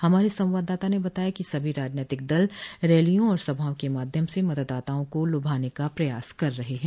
हमारे संवाददाता ने बताया कि सभी राजनैतिक दल रैलियों और सभाओं के माध्यम से मतदाताओं को लुभाने का प्रयास कर रहे हैं